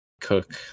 cook